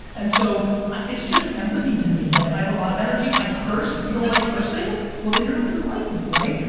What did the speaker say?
and so it's just empathy to me. like i have a lot of energy, i curse. if you don't like cursing well then, you're not going to like me, right?